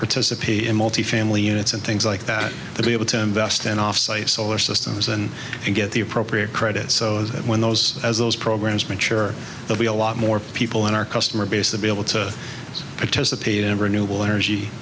participate in multi family units and things like that to be able to invest in offsite solar systems and get the appropriate credit so that when those as those programs mature they'll be a lot more people in our customer base to be able to participate in renewal energy